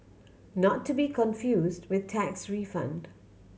not to be confused with tax refund